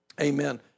Amen